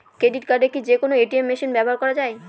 Credit card কি যে কোনো এ.টি.এম মেশিনে ব্যবহার করা য়ায়?